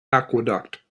aqueduct